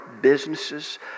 businesses